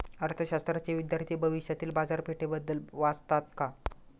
अर्थशास्त्राचे विद्यार्थी भविष्यातील बाजारपेठेबद्दल वाचतात का?